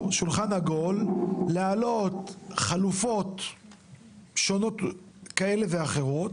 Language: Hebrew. שולחן עגול להעלות חלופות שונות כאלה ואחרות